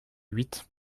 huit